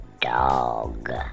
dog